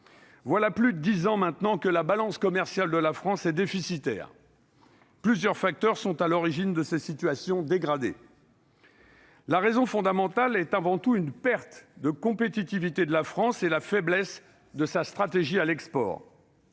voilà plus de dix ans que la balance commerciale de la France est déficitaire. Plusieurs facteurs sont à l'origine de cette situation dégradée, mais la raison fondamentale réside avant tout dans la perte de compétitivité de notre pays et la faiblesse de sa stratégie à l'export.